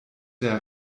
der